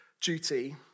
duty